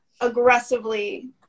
aggressively